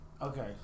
Okay